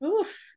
Oof